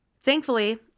Thankfully